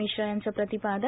मिश्रा यांचं प्रतिपादन